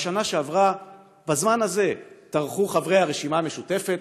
בשנה שעברה בזמן הזה טרחו חברי הרשימה המשותפת